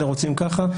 אלה רוצים ככה,